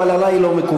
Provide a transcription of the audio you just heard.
אבל עלי היא לא מקובלת.